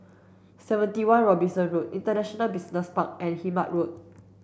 seventy one Robinson Road International Business Park and Hemmant Road